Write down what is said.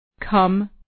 Come